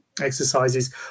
exercises